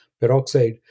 peroxide